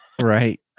Right